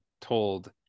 told